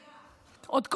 הרב נריה, עוד קודם.